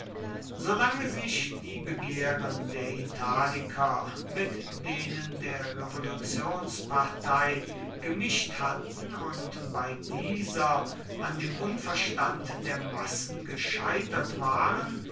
solange sich die begehren der italiker mit denen der revolutionspartei gemischt hatten und bei dieser an dem unverstand der massen gescheitert waren